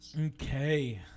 Okay